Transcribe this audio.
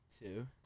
Two